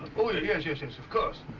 oh yeah yes, yes, yes of course.